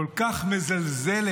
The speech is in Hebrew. כל כך מזלזלת.